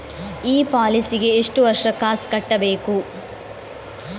ಈ ಪಾಲಿಸಿಗೆ ಎಷ್ಟು ವರ್ಷ ಕಾಸ್ ಕಟ್ಟಬೇಕು?